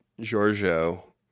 Giorgio